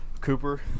Cooper